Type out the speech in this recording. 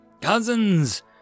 Cousins